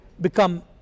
become